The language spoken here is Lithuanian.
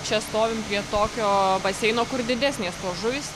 čia stovime prie tokio baseino kur didesnės žuvys